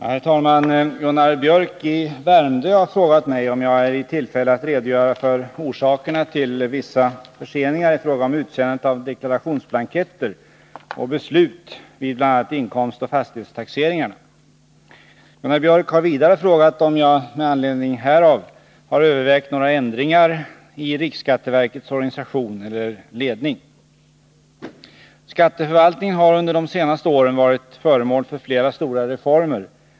Herr talman! Gunnar Biörck i Värmdö har frågat mig om jag är i tillfälle att redogöra för orsakerna till vissa förseningar i fråga om utsändandet av deklarationsblanketter och beslut vid bl.a. inkomstoch fastighetstaxeringarna. Gunnar Biörck har vidare frågat om jag med anledning härav har övervägt några ändringar i riksskatteverkets organisation eller ledning. Skatteförvaltningen har under de senaste åren varit föremål för flera stora reformer.